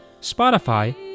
Spotify